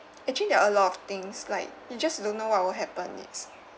actually there are a lot of things like you just don't know what will happen next